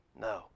No